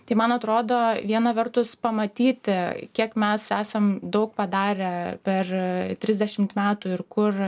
tai man atrodo viena vertus pamatyti kiek mes esam daug padarę per trisdešimt metų ir kur